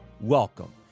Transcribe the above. Welcome